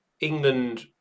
England